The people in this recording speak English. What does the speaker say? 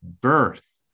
birth